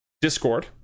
Discord